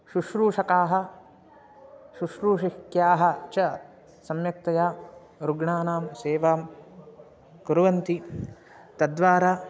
शुश्रूषकाः शुश्रूषिक्यः च सम्यक्तया रुग्णानां सेवां कुर्वन्ति तद्वारा